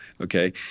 Okay